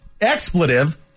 expletive